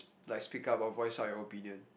like speak up or voice out your opinion